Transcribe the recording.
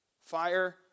fire